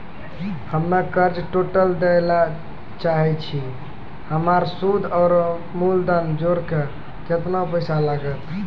हम्मे कर्जा टोटल दे ला चाहे छी हमर सुद और मूलधन जोर के केतना पैसा लागत?